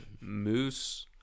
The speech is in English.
Moose